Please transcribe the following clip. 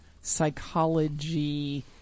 psychology